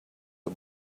the